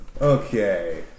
Okay